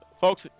folks